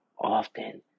often